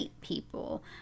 people